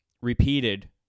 repeated